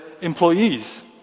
employees